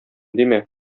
димә